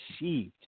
received